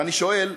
ואני שואל: